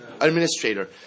administrator